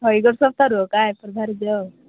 ରୁହ କା ଏତେ ଭାରି ଯିବ